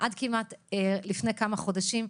עד לפני כמה חודשים,